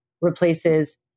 replaces